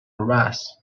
arise